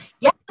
Yes